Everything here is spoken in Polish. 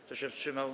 Kto się wstrzymał?